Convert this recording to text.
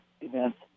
events